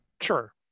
Sure